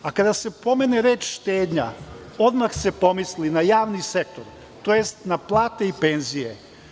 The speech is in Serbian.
Kada se pomene reč „štednja“ odmah se pomisli na javni sektor, tj. na plate i penzije.